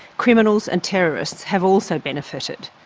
criminals and terrorists have also benefited.